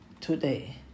today